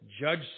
judge